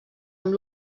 amb